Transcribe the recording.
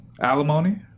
alimony